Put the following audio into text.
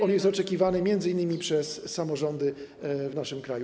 On jest oczekiwany m.in. przez samorządy w naszym kraju.